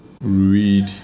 read